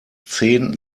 zehn